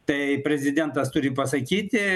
tai prezidentas turi pasakyti